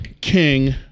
King